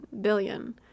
billion